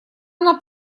она